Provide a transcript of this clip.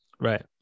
Right